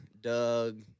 Doug